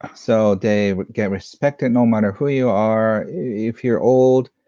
so, they but get respect, no matter who you are. if you're old,